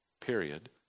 period